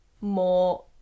more